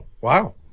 wow